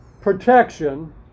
protection